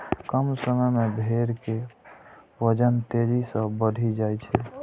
कम समय मे भेड़ के वजन तेजी सं बढ़ि जाइ छै